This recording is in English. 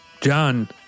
John